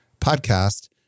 podcast